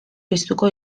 piztuko